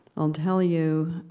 i'll tell you